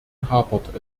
hapert